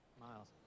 Miles